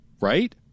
right